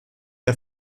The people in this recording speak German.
der